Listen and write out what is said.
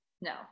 No